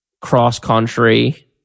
cross-country